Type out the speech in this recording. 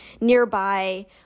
nearby